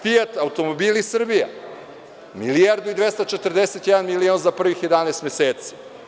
Fijat automobili Srbija“ - milijardu i 241 milion za prvih 11 meseci.